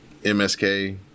MSK